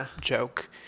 joke